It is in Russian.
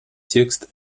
текст